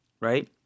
right